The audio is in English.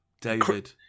David